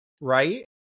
right